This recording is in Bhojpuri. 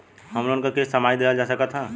होम लोन क किस्त छमाही देहल जा सकत ह का?